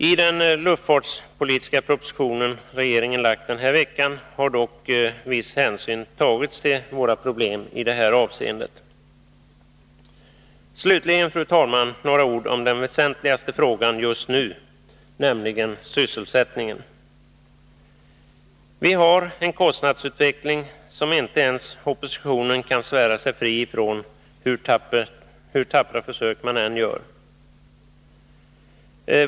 I den luftfartspolitiska proposition som regeringen lagt fram denna vecka har dock viss hänsyn tagits till våra problem i detta avseende. Slutligen, fru talman, några ord om den väsentligaste frågan just nu, nämligen sysselsättningen. Vi har en kostnadsutveckling som inte ens oppositionen kan svära sig fri från, hur tappra försök den än gör.